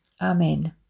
Amen